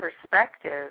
perspective